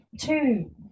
two